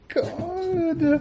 god